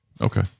Okay